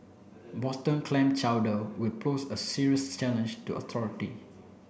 Boston clam chowder will pose a serious challenge to authority